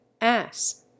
ass